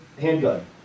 handgun